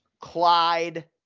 Clyde